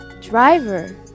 driver